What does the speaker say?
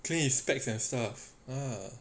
clean his specs and stuff ah